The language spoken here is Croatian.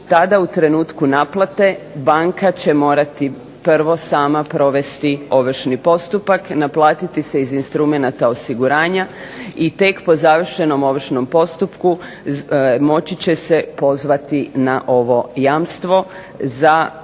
tada u trenutku naplate banka će morati prvo sama provesti ovršni postupak, naplatiti se iz instrumenata osiguranja i tek po završenom ovršnom postupku moći će se pozvati na ovo jamstvo za